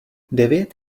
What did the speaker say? devět